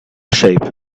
shape